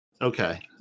Okay